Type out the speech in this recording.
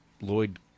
Lloyd